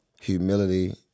Humility